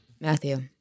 Matthew